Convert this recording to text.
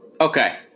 Okay